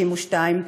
62,